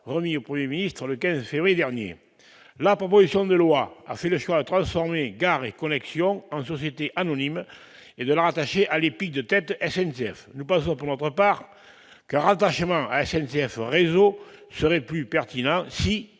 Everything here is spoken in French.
remis au Premier ministre le 15 février dernier. Les auteurs de la proposition de loi ont fait le choix de transformer Gares & Connexions en société anonyme et de la rattacher à l'EPIC de tête SNCF. Nous pensons, pour notre part, qu'un rattachement à SNCF Réseau serait plus pertinent,